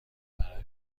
برای